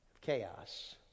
chaos